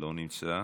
לא נמצא.